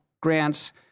grants